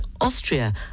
Austria